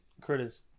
Curtis